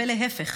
ולהפך.